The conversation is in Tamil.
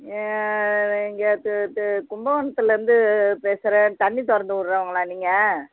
இங்கே கும்பகோணத்திலிருந்து பேசுகிறேன் தண்ணி திறந்து விட்றவுங்களா நீங்கள்